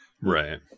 Right